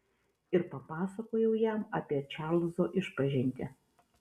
ir papasakojau jam apie čarlzo išpažintį